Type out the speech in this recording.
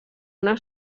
una